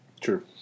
True